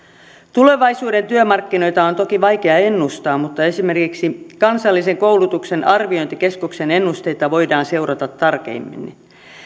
tulevaisuuden työmarkkinoita on toki vaikea ennustaa mutta esimerkiksi kansallisen koulutuksen arviointikeskuksen ennusteita voidaan seurata tarkemmin